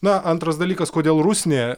na antras dalykas kodėl rusnė